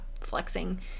Flexing